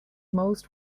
most